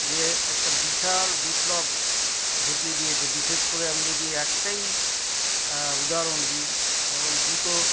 যে একটা বিশাল বিপ্লব ঘটিয়ে দিয়েছে বিশেষ করে আমি যদি একটাই উদাহরণ দিই যেমন জুতো